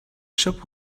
shop